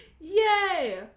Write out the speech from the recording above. Yay